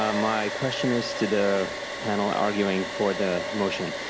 um my question is to the panel arguing for the motion.